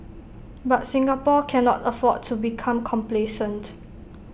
but Singapore cannot afford to become complacent